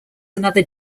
another